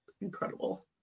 incredible